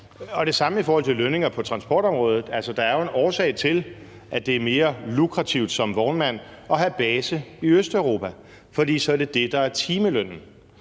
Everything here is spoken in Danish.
er det samme i forhold til lønninger på transportområdet. Der er jo en årsag til, at det er mere lukrativt som vognmand at have base i Østeuropa, for så er det det, der er timelønnen.